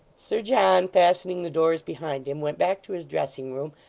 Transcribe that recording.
sir john, fastening the doors behind him, went back to his dressing-room,